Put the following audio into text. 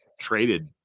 traded